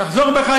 תחזור בך.